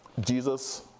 Jesus